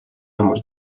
амар